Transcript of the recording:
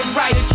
right